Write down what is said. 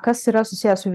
kas yra susiję su